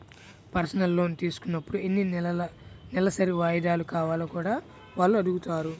personal loan తీసుకున్నప్పుడు ఎన్ని నెలసరి వాయిదాలు కావాలో కూడా వాళ్ళు అడుగుతారు